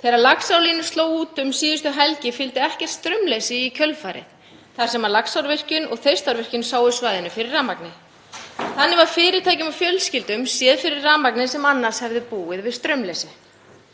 Þegar Laxárlína sló út um síðustu helgi fylgdi ekki straumleysi í kjölfarið þar sem Laxárvirkjun og Þeistareykjavirkjun sáu svæðinu fyrir rafmagni. Þannig var fyrirtækjum og fjölskyldum séð fyrir rafmagni sem annars hefðu búið við straumleysi.